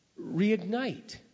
reignite